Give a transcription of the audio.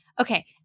Okay